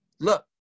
Look